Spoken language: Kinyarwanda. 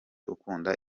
ukunda